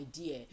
idea